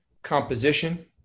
composition